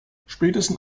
spätestens